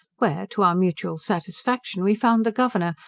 where, to our mutual satisfaction, we found the governor,